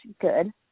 good